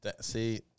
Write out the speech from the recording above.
See